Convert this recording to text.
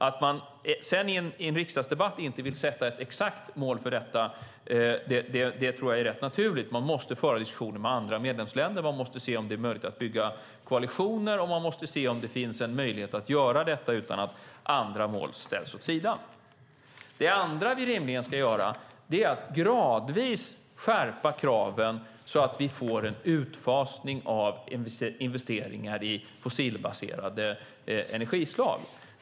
Att man sedan i en riksdagsdebatt inte vill sätta ett exakt mål för detta är rätt naturligt. Man måste föra diskussioner med andra medlemsländer, se om det är möjligt att bygga koalitioner och se om det finns möjlighet att göra detta utan att andra mål ställs åt sidan. Det andra vi rimligen ska göra är att gradvis skärpa kraven så att vi får en utfasning av investeringar i fossilbaserade energislag.